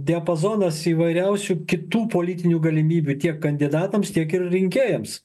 diapazonas įvairiausių kitų politinių galimybių tiek kandidatams tiek ir rinkėjams